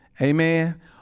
amen